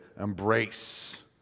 embrace